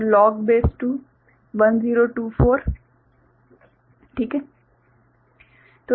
तो log base 2 1024 ठीक है